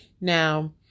Now